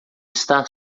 está